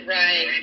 right